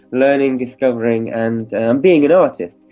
learning, discovering and being an artist.